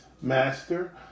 master